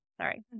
sorry